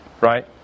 Right